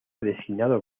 designado